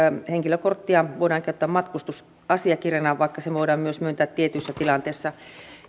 henkilökorttia voidaan käyttää matkustusasiakirjana vaikka se voidaan myös myöntää tietyissä tilanteissa